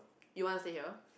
you wanna stay here